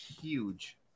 huge